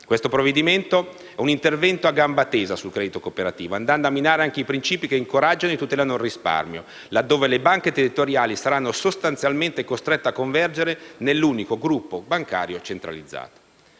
Questo provvedimento è un intervento a gamba tesa sul credito cooperativo, andando a minare anche i principi che incoraggiano e tutelano il risparmio, laddove le banche territoriali saranno sostanzialmente costrette a convergere nell'unico gruppo bancario centralizzato.